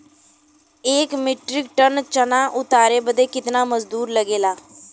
एक metric ton चना उतारे बदे कितना मजदूरी लगे ला?